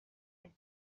had